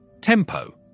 tempo